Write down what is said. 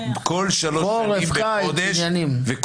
חורף, קיץ, עניינים.